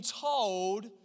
told